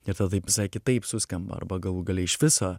ir tada taip visai kitaip suskamba arba galų gale iš viso